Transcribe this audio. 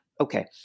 okay